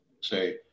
Say